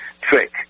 trick